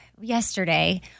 yesterday